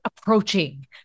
approaching